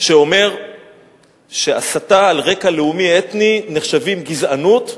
שאומר שהסתה על רקע לאומי אתני נחשבת גזענות.